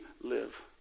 live